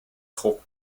trot